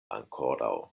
ankoraŭ